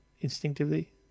instinctively